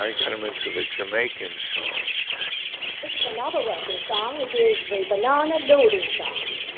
um got him into the jamaican songs this is another working song. it is the banana loading song.